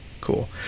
Cool